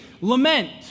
lament